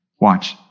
Watch